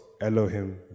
Elohim